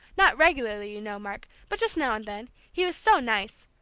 not regularly, you know, mark, but just now and then, he was so nice!